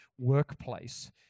workplace